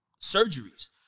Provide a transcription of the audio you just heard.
surgeries